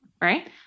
right